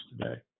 today